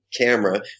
camera